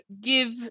give